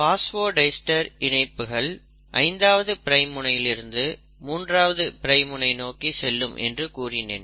phosphodiester இணைப்புகள் 5ஆவது prime முனையிலிருந்து 3ஆவது பிரைம் முனை நோக்கி செல்லும் என்று கூறினேன்